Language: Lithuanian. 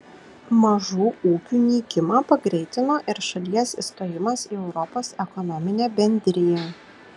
mažų ūkių nykimą pagreitino ir šalies įstojimas į europos ekonominę bendriją